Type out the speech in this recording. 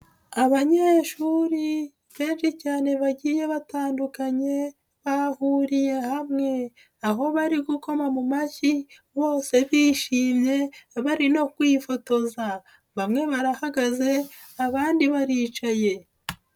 Abanyeshuri benshi cyane bagiye batandukanye bahuriye hamwe, aho bari gukoma mu mashyi bose biyishimye bari no kwifotoza. Bamwe barahagaze abandi baricaye.